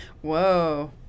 Whoa